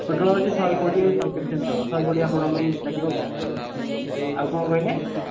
ପୋଟଳ ଅଛି ଶହେ କୋଡ଼ିଏ ଶହେ ତିରିଶ ଏମିତି ହେବ ଶହେ କୋଡ଼ିଏ ଆପଣଙ୍କ ପାଇଁ ଲାଗିବ ଆଉ ଆଉ କ'ଣ କହିଲେ